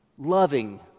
Loving